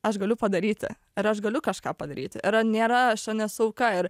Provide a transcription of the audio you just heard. aš galiu padaryti ar aš galiu kažką padaryti ar nėra aš čia nesu auka ir